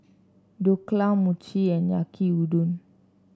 Dhokla Mochi and Yaki Udon